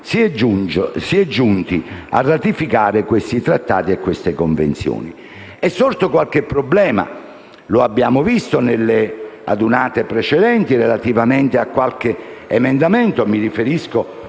si è giunti a ratificare trattati e convenzioni. È sorto qualche problema - come abbiamo rilevato nelle sedute precedenti - relativamente a qualche emendamento. Mi riferisco